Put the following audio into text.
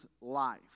life